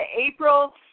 April